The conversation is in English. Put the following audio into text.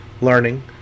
learning